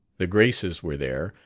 the graces were there,